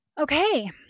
Okay